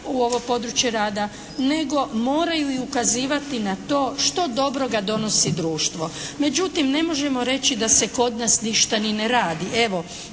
u ovo područje rada, nego moraju i ukazivati na to što dobroga donosi društvo. Međutim, ne možemo reći da se kod nas ništa ni ne radi.